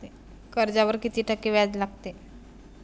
कर्जावर किती टक्के व्याज लागते?